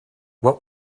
what